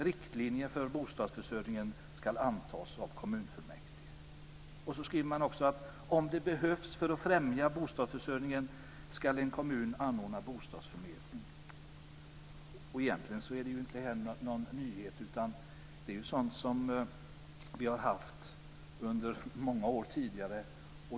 Riktlinjer för bostadsförsörjningen ska antas av kommunfullmäktige. Man skriver också att en kommun ska anordna bostadsförmedling om det behövs för att främja bostadsförsörjningen. Egentligen är det ingen nyhet. Det är sådant som vi har haft under många år.